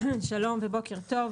בוקר טוב,